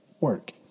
work